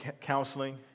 counseling